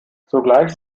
zugleich